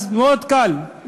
אז זה מאוד קל,